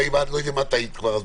אני לא יודע אם את היית אז כבר בכנסת,